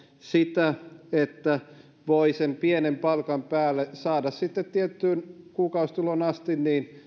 sitä että voi sen pienen palkan päälle saada sitten tiettyyn kuukausituloon asti